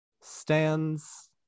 stands-